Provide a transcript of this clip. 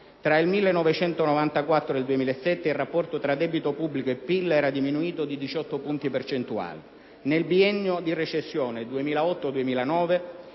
il 1994 ed il 2007 il rapporto tra debito pubblico e PIL era diminuito di 18 punti percentuali. Nel biennio di recessione 2008-2009